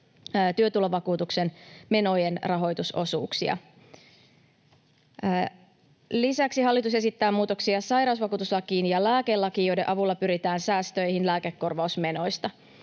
työtulovakuutuksen menojen rahoitusosuuksia. Lisäksi hallitus esittää sairausvakuutuslakiin ja lääkelakiin muutoksia, joiden avulla pyritään säästöihin lääkekorvausmenoista.